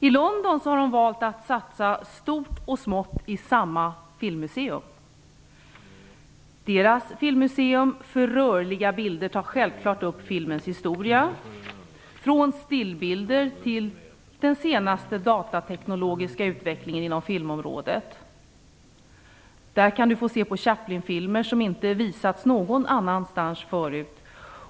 I London har man valt att satsa stort och smått i ett och samma filmmuseum. Filmmuseet för rörliga bilder i London tar självklart upp filmens historia från stillbilder till den senaste datateknologiska utvecklingen inom filmområdet. Där kan man se Chaplinfilmer som inte har visats någon annanstans förut.